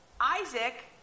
Isaac